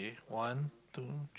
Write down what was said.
one two